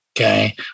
Okay